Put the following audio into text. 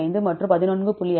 5 மற்றும் 11